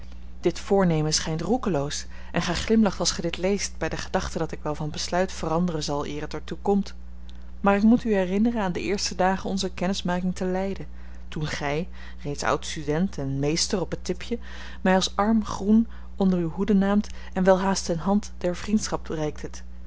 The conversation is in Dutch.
dit voornemen schijnt roekeloos en gij glimlacht als gij dit leest bij de gedachte dat ik wel van besluit veranderen zal eer het er toe komt maar k moet u herinneren aan de eerste dagen onzer kennismaking te leiden toen gij reeds oud student en mr op het tipje mij als armen groen onder uwe hoede naamt en welhaast de hand der vriendschap reiktet